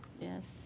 Yes